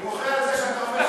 אני מוחה על זה שאתה אומר,